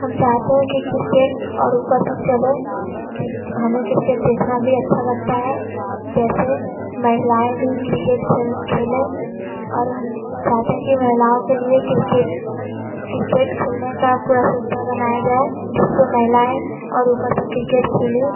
हम चाहते हैं कि किर्केट और ऊपर तक चले हमें किर्केट देखना भी अच्छा लगता है जैसे महिलाएँ भी क्रिकेट खेल खेलें और हम चाहते हैं कि महिलाओं के लिए क्रिकेट किर्केट खेलने का पूरा सुविधा बनाया जाए जिससे महिलाएँ और ऊपर तक किर्केट खेलें